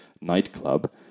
nightclub